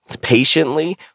patiently